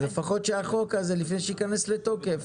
לפחות שהחוק הזה, לפני שייכנס לתוקף,